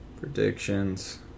predictions